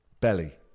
belly